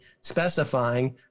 specifying